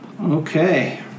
Okay